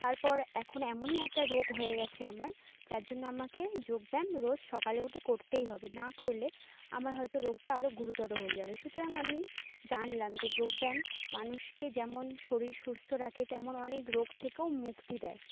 তারপর এখন এমনই একটা রোগ হয়ে গেছে আমার যার জন্য আমাকে যোগ ব্যায়াম রোজ সকালে উঠে করতেই হবে না করলে আমার হয়তো রোগটা আরো গুরুতর হয়ে যাবে সুতরাং আমি জানলাম যে যোগ ব্যায়াম মানুষকে যেমন শরীর সুস্থ রাখে তেমন অনেক রোগ থেকেও মুক্তি দেয়